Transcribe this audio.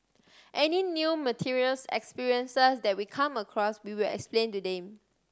any new materials experiences that we come across we will explain to them